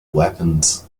weapons